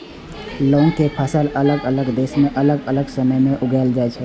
लौंग के फसल अलग अलग देश मे अलग अलग समय मे उगाएल जाइ छै